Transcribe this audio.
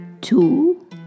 Two